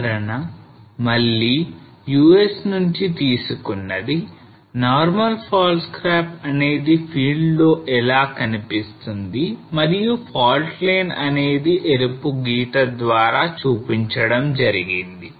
ఈ ఉదాహరణ మళ్లీ US నుంచి తీసుకున్నది normal fault scarps అనేది field లో ఎలా కనిపిస్తుందని మరియు fault line అనేది ఎరుపు గీత ద్వారా చూపించడం జరిగింది